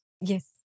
Yes